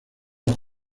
los